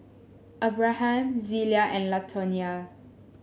Abraham Zelia and Latonya